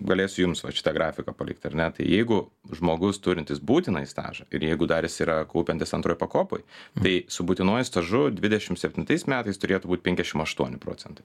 galėsiu jums vat šitą grafiką palikt ar ne tai jeigu žmogus turintis būtinąjį stažą ir jeigu dar jis yra kaupiantis antroj pakopoj tai su būtinuoju stažu dvidešim septintais metais turėtų būt penkiasdešim aštuoni procentai